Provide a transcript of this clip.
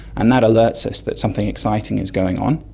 and that alerts us that something exciting is going on,